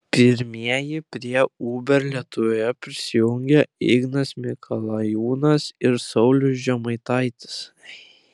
pirmieji prie uber lietuvoje prisijungė ignas mikalajūnas ir saulius žemaitaitis